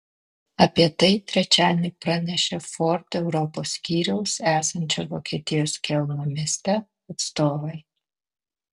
apie tai trečiadienį pranešė ford europos skyriaus esančio vokietijos kelno mieste atstovai